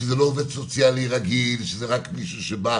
שזה לא עובד סוציאלי רגיל, שזה רק מישהו שבא